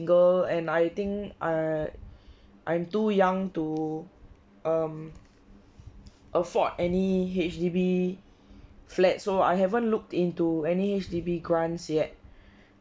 go and I think I I'm too young to um afford any H_D_B flat so I haven't looked into any H_D_B grant yet